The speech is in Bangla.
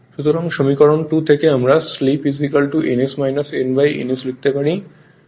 সুতরাং সমীকরণ 2 থেকে আমরা slip ns n ns লিখতে পারি